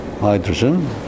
Hydrogen